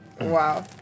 Wow